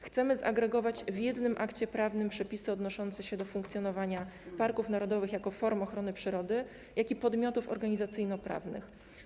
Chcemy zagregować w jednym akcie prawnym przepisy odnoszące się do funkcjonowania parków narodowych zarówno jako form ochrony przyrody, jak i podmiotów organizacyjno-prawnych.